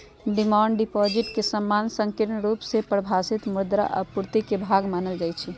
demand deposit के सामान्य संकीर्ण रुप से परिभाषित मुद्रा आपूर्ति के भाग मानल जाइ छै